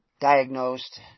diagnosed